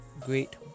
great